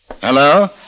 Hello